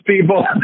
people